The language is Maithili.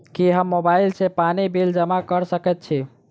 की हम मोबाइल सँ पानि बिल जमा कऽ सकैत छी?